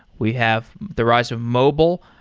we have the rise of mobile.